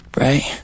right